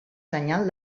senyal